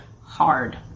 hard